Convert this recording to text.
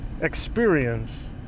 experience